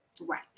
Right